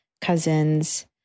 cousins